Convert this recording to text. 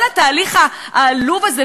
כל התהליך העלוב הזה,